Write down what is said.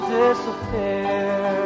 disappear